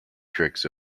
tricks